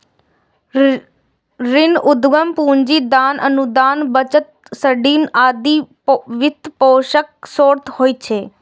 ऋण, उद्यम पूंजी, दान, अनुदान, बचत, सब्सिडी आदि वित्तपोषणक स्रोत होइ छै